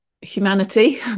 humanity